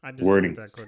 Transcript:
wording